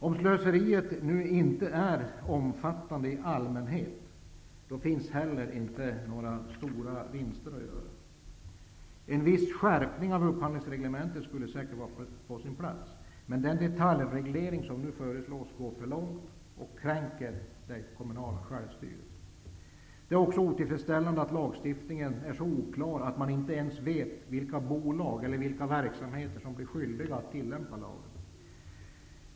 Om slöseriet inte i allmänhet är omfattande, finns det inte heller några stora vinster att göra. En viss skärpning av upphandlingsreglementet skulle säkert vara på sin plats. Men den detaljreglering som nu föreslås går för långt och kränker det kommunala självstyret. Det är också otillfredsställande att lagstiftningen är så oklar att man inte ens vet vilka bolag eller verksamheter som blir skyldiga att tillämpa lagen.